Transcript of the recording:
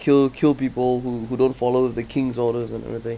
kill kill people who who don't follow the king's orders and everything